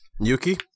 Yuki